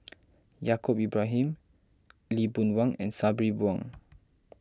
Yaacob Ibrahim Lee Boon Wang and Sabri Buang